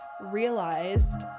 realized